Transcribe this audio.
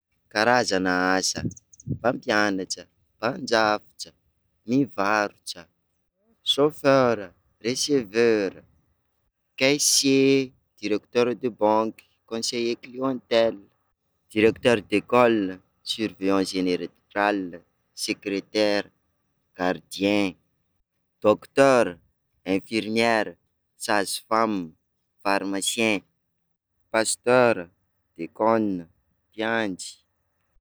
Karazana asa: mpampianatra, mpandrafitra, mpivarotra, saofera, receveur, caissier, directeur de banque, conseiller clientèle, directeur d'école, surveillant génere- rale, secretaire, gardien, docteur, infirmiére, sage femme, pharmacien, pasteura, diakona, mpiandry.